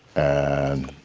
and